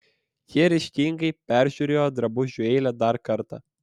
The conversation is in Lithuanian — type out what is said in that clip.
ji ryžtingai peržiūrėjo drabužių eilę dar kartą